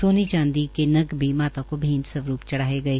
सोने चांदी के नग भी माता को भेंट स्वरूप् चढ़ाए गए